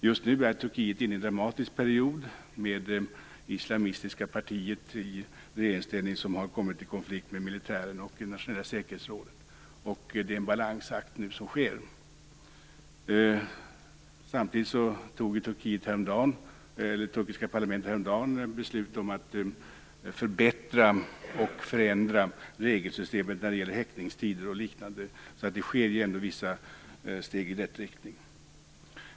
Just nu är Turkiet inne i en dramatisk period, där det regerande islamistiska partiet har kommit i konflikt med militären och det nationella säkerhetsrådet. Det är en balansakt som pågår. Samtidigt fattade det turkiska parlamentet häromdagen beslut om att förbättra och förändra regelsystemet när det gäller häktningstider och liknande, så det tas ändå vissa steg i rätt riktning.